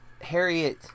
Harriet